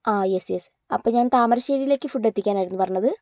ആ yes yes അപ്പോൾ ഞാൻ താമരശ്ശേരിയിലേക്ക് ഫുഡ് എത്തിക്കാൻ ആയിരുന്നു പറഞ്ഞത്